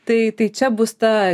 tai tai čia bus ta